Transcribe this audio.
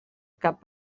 cap